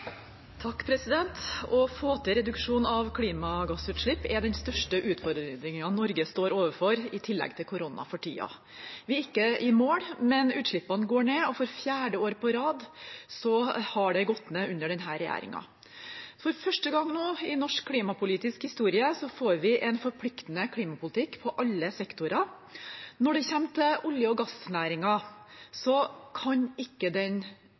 Å få til reduksjon av klimagassutslipp er for tiden den største utfordringen Norge står overfor, i tillegg til korona. Vi er ikke i mål, men utslippene går ned, og for fjerde år på rad har de gått ned under denne regjeringen. For første gang i norsk klimapolitisk historie får vi nå en forpliktende klimapolitikk for alle sektorer. Når det gjelder olje- og gassnæringen, kan den ikke avvikles, den